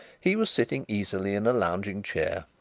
he was sitting easily in a lounging chair,